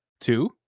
two